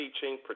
teaching